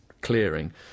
clearing